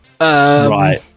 Right